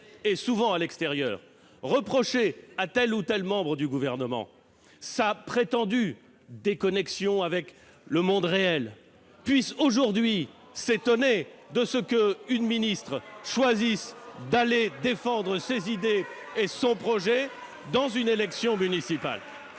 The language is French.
souvent à l'extérieur, qui reprochaient à tel ou tel membre du Gouvernement une prétendue « déconnexion » par rapport au monde réel, puissent aujourd'hui s'étonner de ce qu'une ministre choisisse de défendre ses idées et son projet dans le cadre d'une élection municipale.